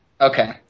Okay